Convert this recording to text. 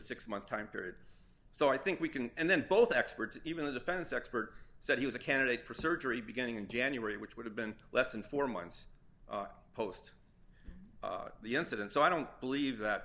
six month time period so i think we can and then both experts even the defense expert said he was a candidate for surgery beginning in january which would have been less than four months post the incident so i don't believe that